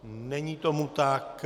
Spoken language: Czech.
Není tomu tak.